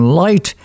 light